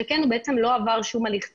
שכן הוא בעצם לא עבר בכלא שום הליך טיפולי.